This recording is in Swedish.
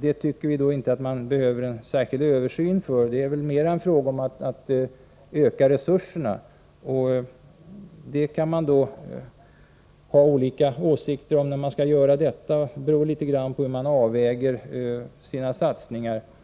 Detta tycker vi inte motiverar en särskild översyn. Det är mera en fråga om att öka resurserna. Man kan ha olika åsikter om när något sådant skall genomföras. Det beror litet grand på hur man avväger sina satsningar.